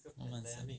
months